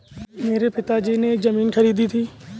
मेरे पिताजी ने एक जमीन खरीदी थी